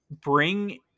Bring